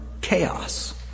chaos